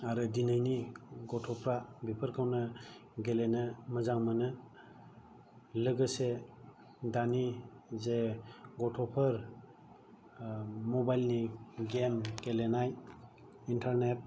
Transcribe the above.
आरो दिनैनि गथ'फ्रा बेफोरखौनो गेलेनो मोजां मोनो लोगोसे दानि जे गथ'फोर मबाइल नि गेम गेलेनाय इनटारनेट